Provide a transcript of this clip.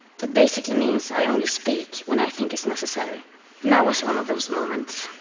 that basically means i only speak when i think it's necessary now is one of those moments.